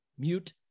mute